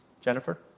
Jennifer